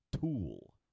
tool